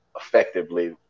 effectively